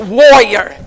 warrior